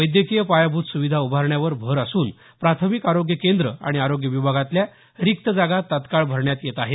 वैद्यकीय पायाभूत सुविधा उभारण्यावर भर असून प्राथमिक आरोग्य केंद्रं आणि आरोग्य विभागातल्या रिक्त जागा तत्काळ भरण्यात येत आहेत